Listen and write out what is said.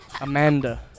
Amanda